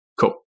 Cool